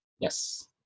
Yes